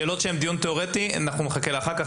שאלות שהן דיון תיאורטי נחכה לאחר-כך.